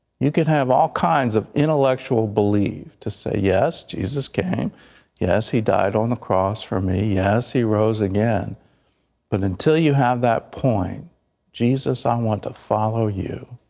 you can have all kinds of intellectual belief to say yes, jesus came yes he died on the cross for me yes heroes again but until you have that point jesus, i want to follow you,